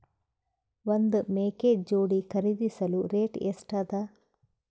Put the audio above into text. ಒಂದ್ ಮೇಕೆ ಜೋಡಿ ಖರಿದಿಸಲು ರೇಟ್ ಎಷ್ಟ ಅದ?